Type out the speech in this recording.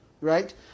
right